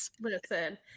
listen